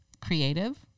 creative